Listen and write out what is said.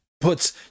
puts